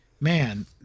man